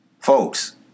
Folks